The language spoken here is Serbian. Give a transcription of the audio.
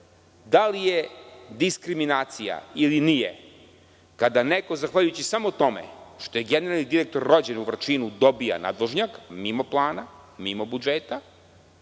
da li je diskriminacija ili nije kada neko zahvaljujući samo tome što je generalni direktor rođen u Vrčinu dobio nadvožnjak mimo plana, mimo budžeta,